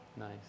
Nice